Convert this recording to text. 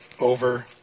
over